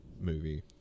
movie